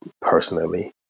personally